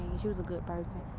she was a good person.